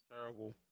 Terrible